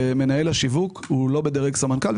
מנהל השיווק הוא לא בדרג סמנכ"ל,